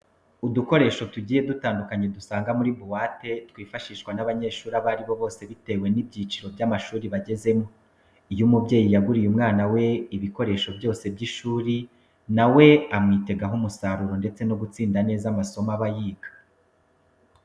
Udukoresho tugiye dutandukanye dusanga muri buwate twifashishwa n'abanyeshuri abo ari bo bose bitewe n'ibyiciro by'amashuri bagezemo. Iyo umubyeyi yaguriye umwana we ibikoresho byose by'ishuri na we amwitegamo umusaruro ndetse no gutsinda neza amasomo aba yiga.